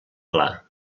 clar